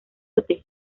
útil